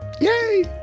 Yay